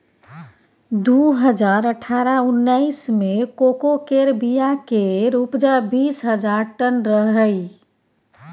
दु हजार अठारह उन्नैस मे कोको केर बीया केर उपजा बीस हजार टन रहइ